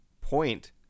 point